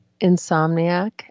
insomniac